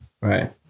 Right